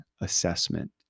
assessment